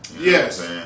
Yes